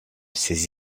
ses